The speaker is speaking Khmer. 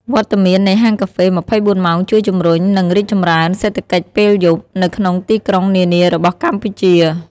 វត្តមាននៃហាងកាហ្វេ ២៤ ម៉ោង ជួយ ជំរុញ និងរីកចម្រើន "សេដ្ឋកិច្ចពេលយប់" នៅក្នុងទីក្រុងនានារបស់កម្ពុជា។